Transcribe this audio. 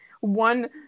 one